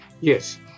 Yes